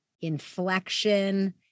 inflection